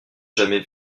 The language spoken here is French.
jamais